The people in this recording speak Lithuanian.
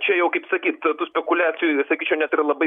čia jau kaip sakyt tų spekuliacijų sakyčiau net ir labai